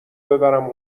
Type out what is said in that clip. ببرم